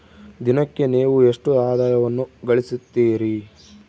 ದಿನಕ್ಕೆ ನೇವು ಎಷ್ಟು ಆದಾಯವನ್ನು ಗಳಿಸುತ್ತೇರಿ?